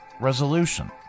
Resolution